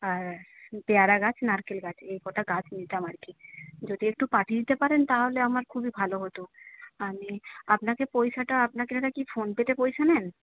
আর পেয়ারা গাছ নারকেল গাছ এই কটা গাছ নিতাম আর কি যদি একটু পাঠিয়ে দিতে পারেন তাহলে আমার খুবই ভালো হতো আমি আপনাকে পয়সাটা আপনাকে দাদা কি ফোন পে তে পয়সা নেন